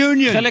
Union